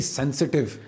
sensitive